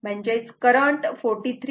म्हणजेच करंट 43